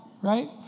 right